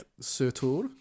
Surtur